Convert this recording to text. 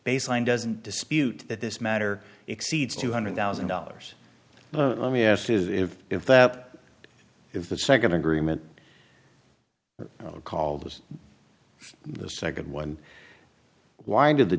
baseline doesn't dispute that this matter exceeds two hundred thousand dollars let me ask if if that if the second agreement called was the second one wind of the